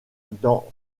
dans